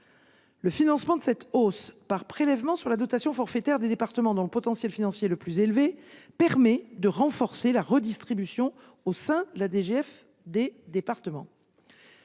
Le financement de cette hausse par un prélèvement sur la dotation forfaitaire des départements dont le potentiel financier est le plus élevé permet de renforcer la redistribution au sein de la DGF des départements.